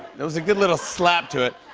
there was a good little slap to it.